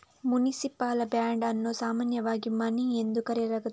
municipal bond ಅನ್ನು ಸಾಮಾನ್ಯವಾಗಿ money ಎಂದು ಕರೆಯಲಾಗುತ್ತದೆ